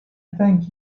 thank